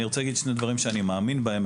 אני רוצה להגיד שני דברים שאני מאמין בהם.